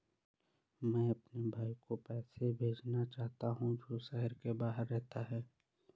मैं अपने भाई को पैसे भेजना चाहता हूँ जो शहर से बाहर रहता है